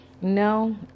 No